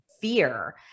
fear